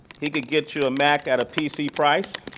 he could get you a mac at a pc price.